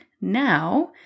now